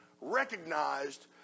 recognized